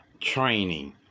training